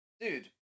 Dude